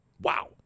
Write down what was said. Wow